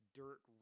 dirt